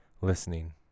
listening